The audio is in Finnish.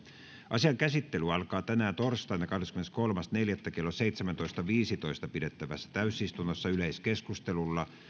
asian käsittely alkaa tänään torstaina kahdeskymmeneskolmas neljättä kaksituhattakaksikymmentä kello seitsemäntoista viidessätoista pidettävässä täysistunnossa yleiskeskustelulla